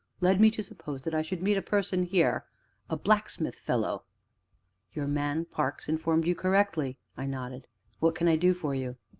led me to suppose that i should meet a person here a blacksmith fellow your man parks informed you correctly, i nodded what can i do for you?